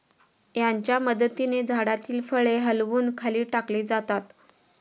याच्या मदतीने झाडातील फळे हलवून खाली टाकली जातात